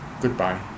Goodbye